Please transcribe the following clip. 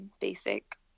basic